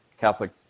Catholic